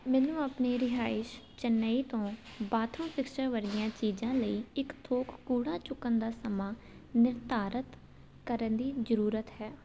ਮੈਨੂੰ ਆਪਣੇ ਰਿਹਾਇਸ਼ ਚੇਨਈ ਤੋਂ ਬਾਥਰੂਮ ਫਿਕਸਚਰ ਵਰਗੀਆਂ ਚੀਜ਼ਾਂ ਲਈ ਇੱਕ ਥੋਕ ਕੂੜਾ ਚੁੱਕਣ ਦਾ ਸਮਾਂ ਨਿਰਧਾਰਤ ਕਰਨ ਦੀ ਜ਼ਰੂਰਤ ਹੈ